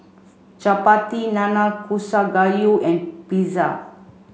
Chapati Nanakusa Gayu and Pizza